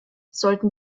sollten